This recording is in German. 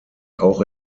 auch